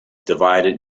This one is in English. divided